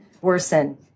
worsen